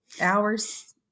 hours